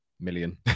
million